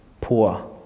poor